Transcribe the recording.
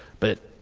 but,